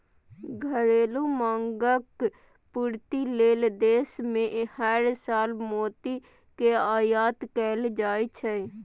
घरेलू मांगक पूर्ति लेल देश मे हर साल मोती के आयात कैल जाइ छै